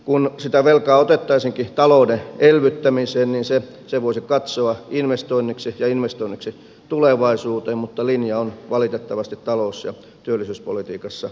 kun sitä velkaa otettaisiinkin talouden elvyttämiseen niin sen voisi katsoa investoinniksi ja investoinniksi tulevaisuuteen mutta linja on valitettavasti talous ja työllisyyspolitiikassa päinvastainen